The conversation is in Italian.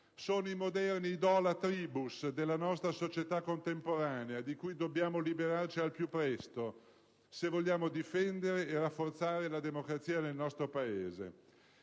Sono i moderni *idola tribus* della nostra società contemporanea, di cui dobbiamo liberarci al più presto se vogliamo difendere e rafforzare la democrazia nel nostro Paese.